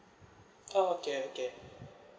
oh okay okay